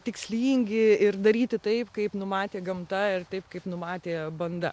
tikslingi ir daryti taip kaip numatė gamta ir taip kaip numatė banda